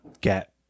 get